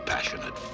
passionate